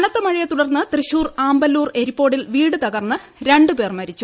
കന്നത്ത മഴയെ തുടർന്ന് തൃശൂർ ആമ്പല്ലൂർ എരിപ്പോടിൽ വീട് തകർന്ന് രണ്ടു പേർ മരിച്ചു